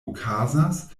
okazas